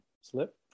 slip